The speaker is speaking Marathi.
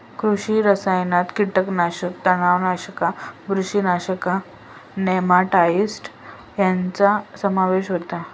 कृषी रसायनात कीटकनाशका, तणनाशका, बुरशीनाशका, नेमाटाइड्स ह्यांचो समावेश होता